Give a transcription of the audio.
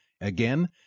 Again